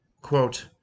quote